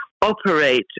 operate